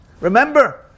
Remember